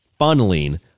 funneling